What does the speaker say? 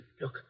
look